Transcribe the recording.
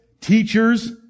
teachers